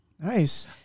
Nice